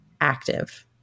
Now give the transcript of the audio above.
active